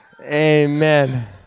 amen